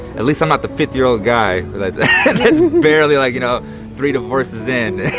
at least i'm not the fifty year old guy that's barely like you know three divorces in.